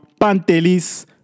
Pantelis